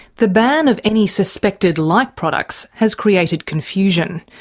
the ban of any suspected like products has created confusion.